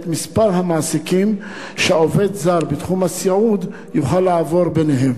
את מספר המעסיקים שעובד זר בתחום הסיעוד יוכל לעבור ביניהם